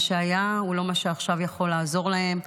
מה שהיה הוא לא מה שעכשיו יכול לעזור להן.